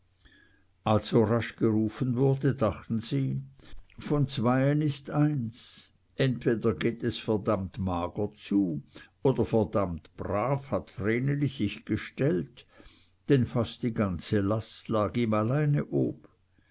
als so rasch gerufen wurde dachten sie von zweien ist eins entweder geht es verdammt mager zu oder verdammt brav hat vreneli sich gestellt denn fast die ganze last lag ihm alleine ob